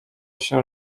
się